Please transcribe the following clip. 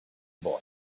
boy